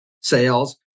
sales